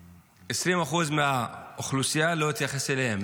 20% מהאוכלוסייה, לא התייחס אליהם.